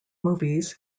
movies